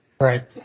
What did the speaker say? Right